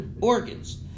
organs